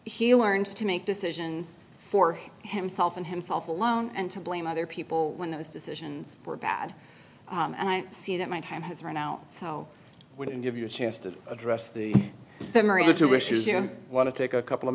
he learns to make decisions for himself and himself alone and to blame other people when those decisions were bad and i see that my time has run out so i wouldn't give you a chance to address the summary of the jewish if you want to take a couple of